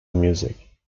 music